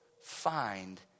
find